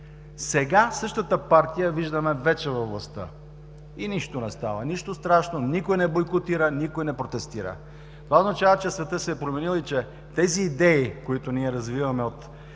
Сега същата партия вече я виждаме във властта. И нищо не става – нищо страшно, никой не бойкотира, никой не протестира. Това означава, че светът се е променил и тези идеи, които ние развиваме от